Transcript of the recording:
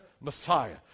Messiah